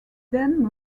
then